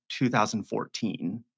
2014